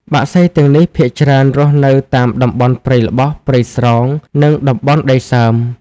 បក្សីទាំងនេះភាគច្រើនរស់នៅតាមតំបន់ព្រៃល្បោះ ព្រៃស្រោង និងតំបន់ដីសើម។